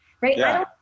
right